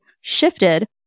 shifted